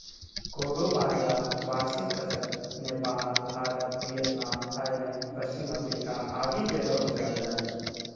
कोडो बाजरा वार्षिक फसल नेपाल, भारत, वियतनाम, थाईलैंड, पश्चिम अफ्रीका आदि जगह उपजाल जा हइ